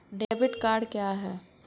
Debit card क्या है?